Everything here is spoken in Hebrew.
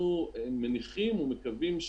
אנחנו מניחים ומקווים,